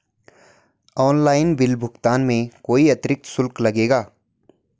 Online bill भुगतान में कोई अतिरिक्त शुल्क लगेगा?